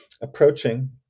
approaching